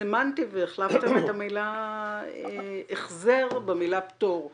סמנטי והחלפתם את המילה "החזר" במילה "פטור".